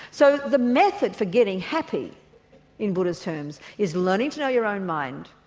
so the method for getting happy in buddha's terms is learning to know your own mind,